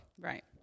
Right